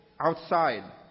outside